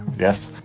yes.